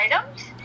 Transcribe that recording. items